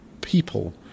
people